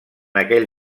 aquell